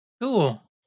cool